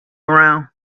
around